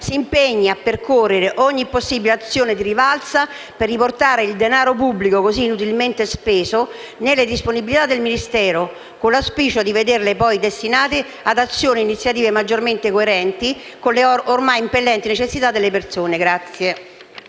si impegni a percorrere ogni possibile azione di rivalsa per riportare il denaro pubblico così inutilmente speso nella disponibilità del Ministero, con l'auspicio di vederlo poi destinato ad azioni o iniziative maggiormente coerenti con le ormai impellenti necessità delle persone.